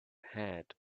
hat